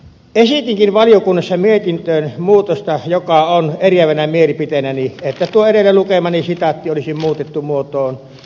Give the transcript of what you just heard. esitinkin valiokunnassa mietintöön muutosta joka on eriävänä mielipiteenäni että tuo edellä lukemani sitaatti olisi muutettu muotoon